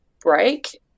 break